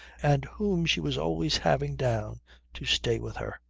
and whom she was always having down to stay with her.